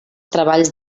treballs